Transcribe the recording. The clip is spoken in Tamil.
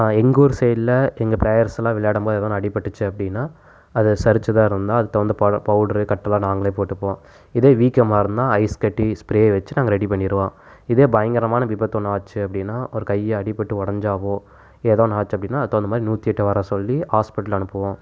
எங்கூர் சைடில் எங்கள் ப்ளேயர்ஸ்லாம் விளையாடும் போது எதன்னா அடிப்பட்டுச்சு அப்படினா அது சறுச்சுதாருந்த அதுக்குதகுந்த பல பெளடரு கட்டுலாம் நாங்களே போட்டுப்போம் இதே வீக்கமாகருந்தா ஐஸ் கட்டி ஸ்ப்ரே வச்சு நாங்கள் ரெடி பண்ணிருவோம் இதே பயங்கரமான விபத்தொன்று ஆச்சு அப்படினா ஒரு கை அடிப்பட்டு உடஞ்சாவோ எதோ ஒன்று ஆச்சப்டினால் அத்தகுந்த மாதிரி நூற்றியெட்ட வர சொல்லி ஹாஸ்பிட்டல் அனுப்புவோம்